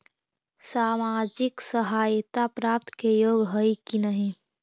सामाजिक सहायता प्राप्त के योग्य हई कि नहीं?